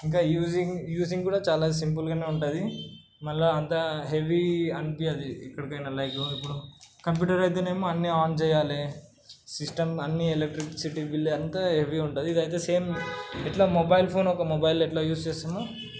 ఇంకా using using కూడా చాలా సింపుల్గానే ఉంటుంది మళ్ళా అంత హెవీ అనిపించదు ఇక్కడికైనా లైక్ ఇప్పుడు కంప్యూటర్ అయితేనేమో అన్ని ఆన్ చేయాలి సిస్టం అన్ని ఎలక్ట్రిసిటీ బిల్లే అంతా హెవీ ఉంటుంది ఇదైతే సేమ్ ఎట్లా మొబైల్ ఫోన్ ఒక మొబైల్ ఎట్లా యూస్ చేస్తామో